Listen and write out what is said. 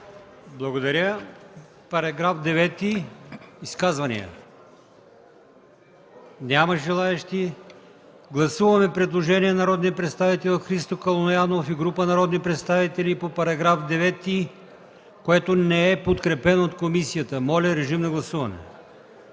Благодаря. Има ли изказвания по § 9? Няма желаещи. Гласуваме предложението на народния представител Христо Калоянов и група народни представители по § 9, което не е подкрепено от комисията. Моля, режим на гласуване.